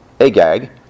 Agag